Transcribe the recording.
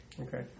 Okay